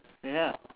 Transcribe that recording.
ya